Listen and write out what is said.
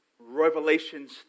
Revelations